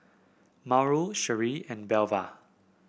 Mauro Sherree and Belva